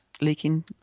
leaking